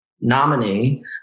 nominee